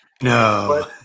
No